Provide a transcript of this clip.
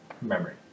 memory